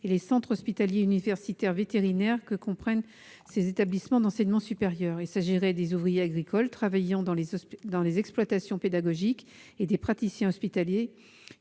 les centres hospitaliers universitaires vétérinaires que comprennent ces établissements d'enseignement supérieur. Il s'agirait des ouvriers agricoles travaillant dans les exploitations pédagogiques et des praticiens hospitaliers